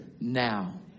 now